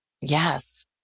Yes